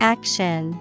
Action